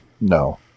No